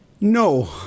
No